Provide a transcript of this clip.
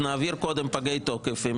נעביר קודם פגי תוקף.